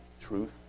truth